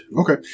Okay